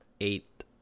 eight